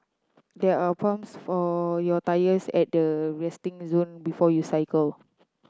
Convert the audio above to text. there are pumps for your tyres at the resting zone before you cycle